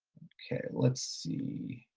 okay. let's see.